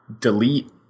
delete